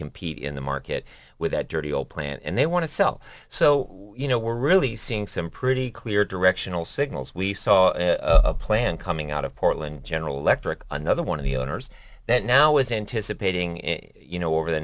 compete in the market with that dirty old plant and they want to sell so you know we're really seeing some pretty clear directional signals we saw plan coming out of portland general electric another one of the owners that now is anticipating it you know over the